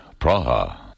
Praha